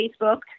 Facebook